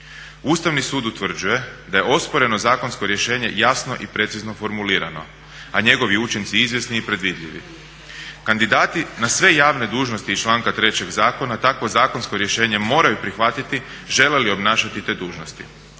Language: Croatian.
"Ustavni sud utvrđuje da je osporeno zakonsko rješenje jasno i precizno formulirano, a njegovi učinci izvjesni i predvidljivi. Kandidati na sve javne dužnosti iz članka 3. zakona takvo zakonsko rješenje moraju prihvatiti žele li obnašati te dužnosti.